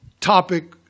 topic